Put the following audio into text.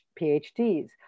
PhDs